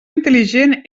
intel·ligent